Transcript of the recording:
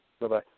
Bye-bye